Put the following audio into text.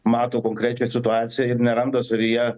mato konkrečią situaciją ir neranda savyje